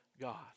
God